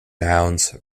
nouns